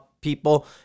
people